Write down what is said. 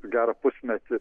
gerą pusmetį